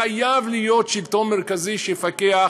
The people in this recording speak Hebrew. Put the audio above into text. חייב להיות שלטון מרכזי שיפקח.